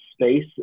space